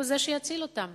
והוא שיציל אותם